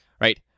right